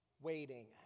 waiting